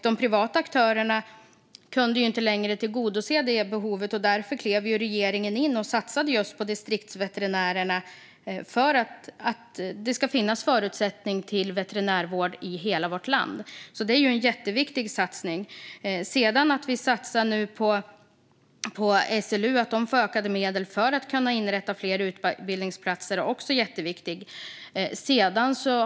De privata aktörerna kunde inte längre tillgodose det behovet, och därför klev regeringen in och satsade på just distriktsveterinärerna för att det ska finnas förutsättningar för veterinärvård i hela vårt land. Detta är en jätteviktig satsning. Att vi nu satsar på SLU och ger dem ökade medel för att kunna inrätta fler utbildningsplatser är också jätteviktigt.